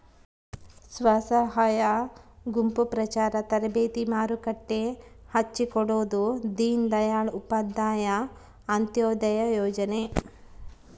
ಸ್ವಸಹಾಯ ಗುಂಪು ಪ್ರಚಾರ ತರಬೇತಿ ಮಾರುಕಟ್ಟೆ ಹಚ್ಛಿಕೊಡೊದು ದೀನ್ ದಯಾಳ್ ಉಪಾಧ್ಯಾಯ ಅಂತ್ಯೋದಯ ಯೋಜನೆ